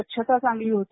स्वच्छता चांगली होती